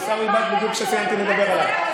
אוה, עיסאווי בא בדיוק כשסיימתי לדבר עליו.